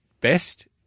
best